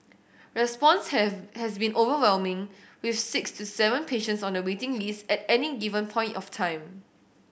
response has has been overwhelming with six to seven patients on the waiting list at any given point of time